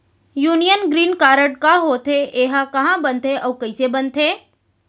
Union green card का होथे, एहा कहाँ बनथे अऊ कइसे बनथे?